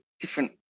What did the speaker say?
different